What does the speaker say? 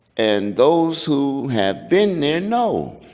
and those who have been there know.